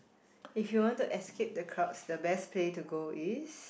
if you want to escape the crowds the best place to go is